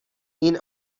این